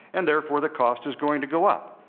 and therefore the cost is going to go up.